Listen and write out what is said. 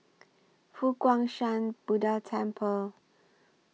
Fo Guang Shan Buddha Temple